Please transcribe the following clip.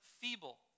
feeble